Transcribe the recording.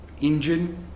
engine